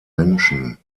menschen